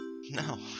No